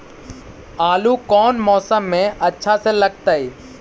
आलू कौन मौसम में अच्छा से लगतैई?